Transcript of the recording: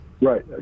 Right